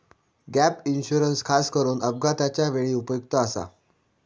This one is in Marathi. गॅप इन्शुरन्स खासकरून अपघाताच्या वेळी उपयुक्त आसा